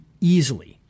easily